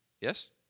yes